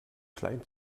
klein